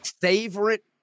Favorite